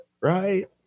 right